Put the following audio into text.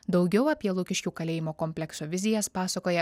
daugiau apie lukiškių kalėjimo komplekso vizijas pasakoja